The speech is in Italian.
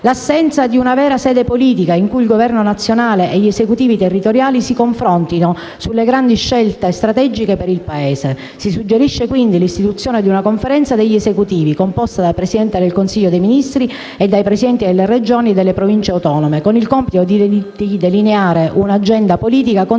l'assenza di una vera sede politica in cui il Governo nazionale e gli esecutivi territoriali si confrontino sulle grandi scelte strategiche per il Paese. Si suggerisce, quindi, l'istituzione di una Conferenza degli esecutivi, composta dal Presidente del Consiglio dei ministri e dai Presidenti delle Regioni e delle Province autonome, con il compito di delineare un'agenda politica condivisa